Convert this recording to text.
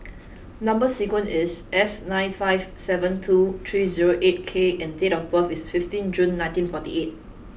number sequence is S nine five seven two three zero eight K and date of birth is fifteen June nineteen forty eight